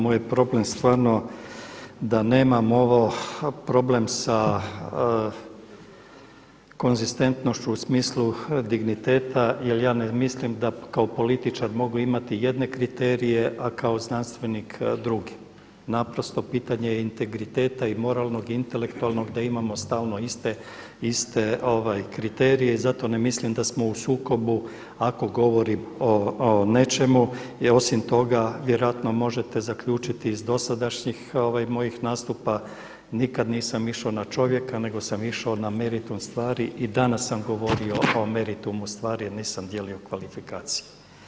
Moj je problem stvarno da nemam problem sa konzistentnošću u smislu digniteta jer ja ne mislim da kao političar mogu imati jedne kriterije a kao znanstvenik druge, naprosto pitanje je integriteta i moralnog i intelektualnog da imamo stalno iste kriterije i zato ne mislim da smo u sukobu ako govorim o nečemu jer osim toga vjerojatno možete zaključiti iz dosadašnjih mojih nastupa nikad nisam išao na čovjeka nego sam išao na meritum stvari i danas sam govorio o meritumu stvari jer nisam dijelio kvalifikacije.